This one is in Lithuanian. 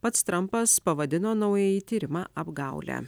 pats trampas pavadino naująjį tyrimą apgaule